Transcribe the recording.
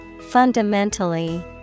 Fundamentally